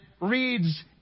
reads